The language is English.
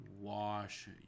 wash